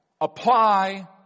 apply